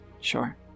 Sure